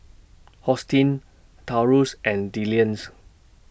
Hosteen Taurus and Dillion's